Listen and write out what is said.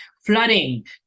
flooding